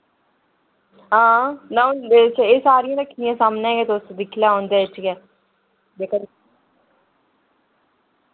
हां ना हून एह् सारियां रक्खियां सामनै गै तुस दिक्खी लाओ उं'दे च गै